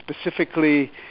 specifically